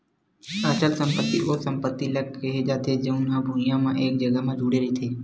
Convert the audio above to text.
अचल संपत्ति ओ संपत्ति ल केहे जाथे जउन हा भुइँया म एक जघा म जुड़े रहिथे